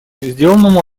сделанному